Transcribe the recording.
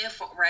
right